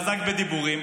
חזק בדיבורים,